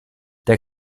der